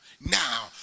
now